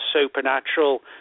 supernatural